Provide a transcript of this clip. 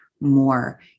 more